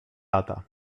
lata